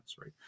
right